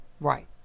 Right